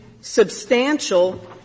substantial